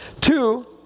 Two